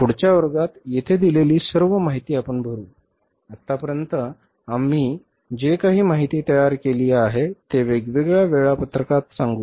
पुढच्या वर्गात येथे दिलेली सर्व माहिती आपण भरू आतापर्यंत आम्ही जे काही माहिती तयार केले आहे ते वेगवेगळ्या वेळापत्रकात सांगू